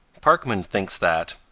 parkman thinks that,